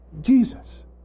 Jesus